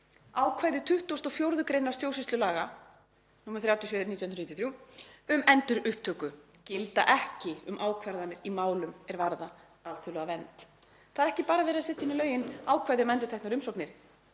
„Ákvæði 24. gr. stjórnsýslulaga, nr. 37/1993, um endurupptöku gilda ekki um ákvarðanir í málum er varða alþjóðlega vernd.“ Það er ekki bara verið að setja inn í lögin ákvæði um endurteknar umsóknir